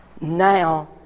now